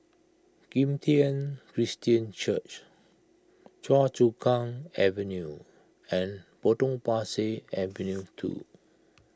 Kim Tian Christian Church Choa Chu Kang Avenue and Potong Pasir Avenue two